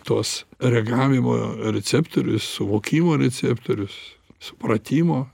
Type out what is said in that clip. tuos reagavimo receptorius suvokimo receptorius supratimo